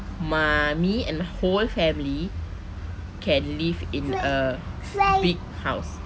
ma~ me and whole family can live in a big house